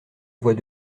voix